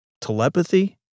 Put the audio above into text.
Telepathy